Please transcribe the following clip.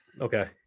Okay